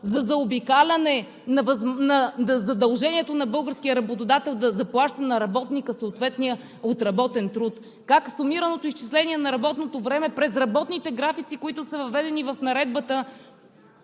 за заобикаляне на задължението на българския работодател да заплаща на работника съответния отработен труд, как сумираното изчисление на работното време през работните графици, които са въведени в Наредбата,